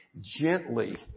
gently